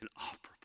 inoperable